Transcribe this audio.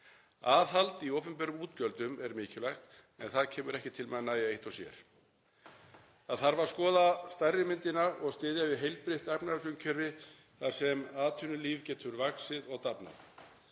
Aðhald í opinberum útgjöldum er mikilvægt en það kemur ekki til með að nægja eitt og sér. Það þarf að skoða stærri myndina og styðja við heilbrigt efnahagsumhverfi þar sem atvinnulíf getur vaxið og dafnað.